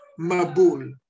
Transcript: Mabul